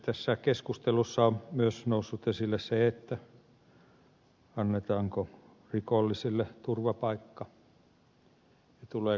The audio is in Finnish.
tässä keskustelussa on myös noussut esille se annetaanko rikollisille turvapaikka ja tuleeko antaa